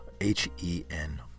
H-E-N